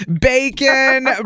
Bacon